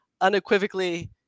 unequivocally